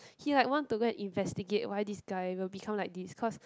he like want to go and investigate why this guy will become like this because